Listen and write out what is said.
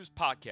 Podcast